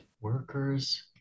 Workers